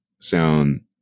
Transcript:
sound